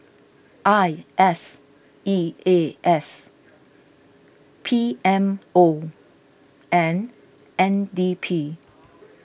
I S E A S P M O and N D P